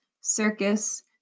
circus